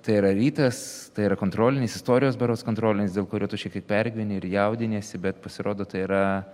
tai yra rytas tai yra kontrolinis istorijos berods kontrolinis dėl kurio tu šiek tiek pergyveni ir jaudiniesi bet pasirodo tai yra